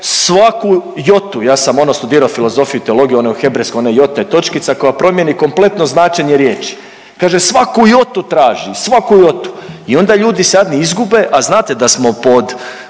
svaku jotu, ja sam ono studirao filozofiju i teologiju, one u hebrejskom, ona jota je točkica koja promijeni kompletno značenje riječi. Kaže svaku jotu traži, svaku jotu i onda ljudi se jadni izgube, a znate da smo pod,